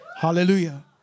Hallelujah